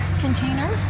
container